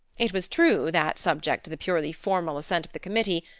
it was true that, subject to the purely formal assent of the committee,